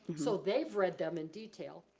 so they've read them in detail